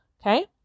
Okay